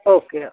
okay